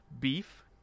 Beef